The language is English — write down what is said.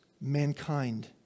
mankind